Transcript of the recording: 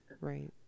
Right